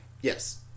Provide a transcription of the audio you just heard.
Yes